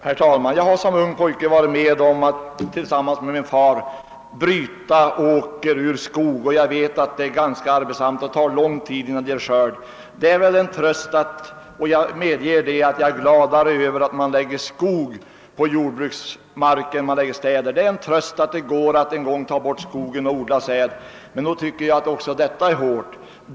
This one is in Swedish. Herr talman! Jag har som ung pojke varit med om att tillsammans med min far bryta åker ur skog, och jag vet att det är ganska arbetsamt och att det tar lång tid innan marken ger skörd. Jag medger att jag är gladare över att man lägger skog på jordbruksmark än över att man bygger städer på den. Det är en tröst att det en gång går att ta bort skogen och odla säd på marken, även om det är ett hårt arbete.